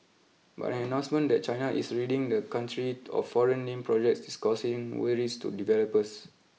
but an announcement that China is ridding the country of foreign name projects is causing worries to developers